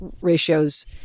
ratios